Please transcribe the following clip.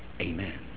Amen